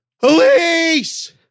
police